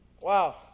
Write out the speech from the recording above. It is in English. Wow